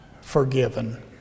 forgiven